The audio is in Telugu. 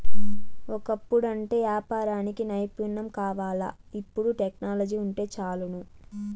ఒకప్పుడంటే యాపారానికి నైపుణ్యం కావాల్ల, ఇపుడు టెక్నాలజీ వుంటే చాలును